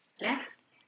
Yes